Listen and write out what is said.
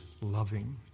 loving